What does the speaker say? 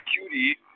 cutie